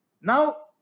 Now